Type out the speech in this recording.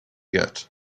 yet